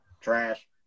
Trash